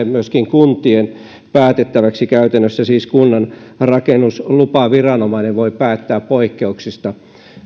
myöskin kuntien päätettäväksi siis käytännössä kunnan rakennuslupaviranomainen voi päättää poikkeuksista